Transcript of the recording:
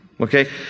Okay